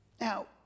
Now